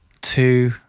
two